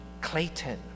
Clayton